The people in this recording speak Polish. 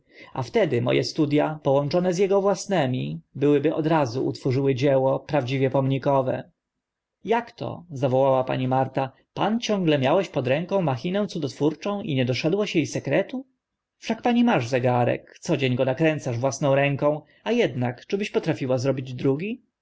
a wtedy mo e studia połączone z ego własnymi byłyby od razu utworzyły dzieło prawdziwie pomnikowe jak to zawołała pani marta pan ciągle miałeś pod ręką machinę cudotwórczą i nie doszedłeś e sekretu wszak pani masz zegarek co dzień go nakręcasz własną ręką a ednak czyżbyś potrafiła zrobić drugi